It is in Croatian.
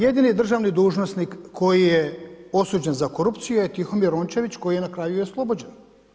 Jedini državni dužnosnik, koji je osuđen za korupciju je Tihomir Lončević, koji je na kraju i oslobođen.